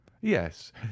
yes